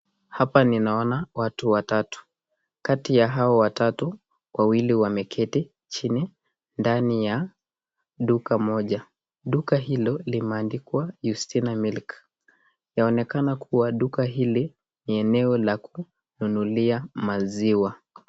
Hapa ninaona watu watatu. Kati ya hawa watatu, wawili wameketi chini ndani ya duka moja. Duka hilo limeandikwa Yustina milk. Yaonekana kuwa duka ile ni eneo la kununulia maziwa.